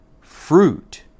fruit